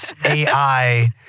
AI